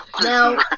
now